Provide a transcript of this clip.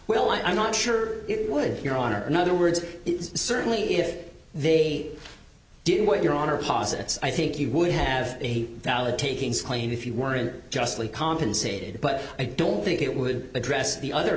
well i'm not sure it would your honor in other words it's certainly if they did what your honor posits i think you would have a valid takings claim if you weren't justly compensated but i don't think it would address the other